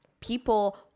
people